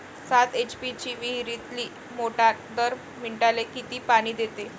सात एच.पी ची विहिरीतली मोटार दर मिनटाले किती पानी देते?